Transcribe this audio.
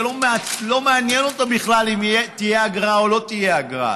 זה לא מעניין אותו בכלל אם תהיה אגרה או לא תהיה אגרה,